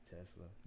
Tesla